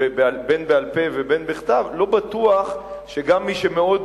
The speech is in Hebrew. בין בעל-פה ובין בכתב, לא בטוח שגם מי שמאוד